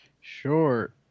Sure